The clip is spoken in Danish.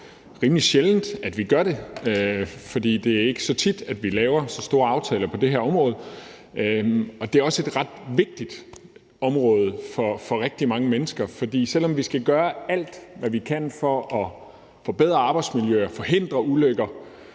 Det er også rimelig sjældent, at vi gør det, for det er ikke så tit, vi laver så store aftaler på det her område, og det er også et ret vigtigt område for rigtig mange mennesker. For selv om vi skal gøre alt, hvad vi kan, for at forbedre arbejdsmiljø og forhindre ulykker,